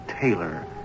Taylor